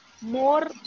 more